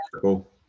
Cool